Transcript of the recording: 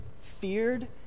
feared